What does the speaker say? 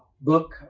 book